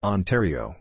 Ontario